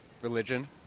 Religion